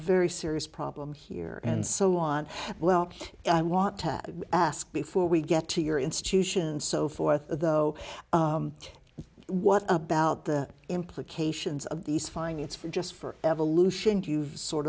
very serious problem here and so on well i want to ask before we get to your institution so forth though what about the implications of these findings for just for evolution you've sort